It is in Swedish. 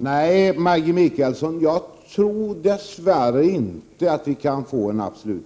Fru talman! Nej, Maggi Mikaelsson! Dess värre går det nog inte att få en absolut